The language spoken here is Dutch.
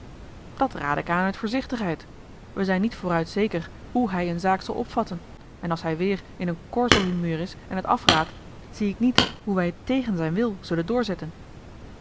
dat rade ik aan uit voorzichtigheid we zijn niet vooruit zeker hoe hij eene zaak zal opvatten en als hij weêr in een korsel humeur is en het afraadt zie ik niet hoe wij het tegen zijn wil zullen doorzetten